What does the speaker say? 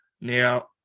Now